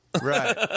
Right